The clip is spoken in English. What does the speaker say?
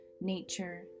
nature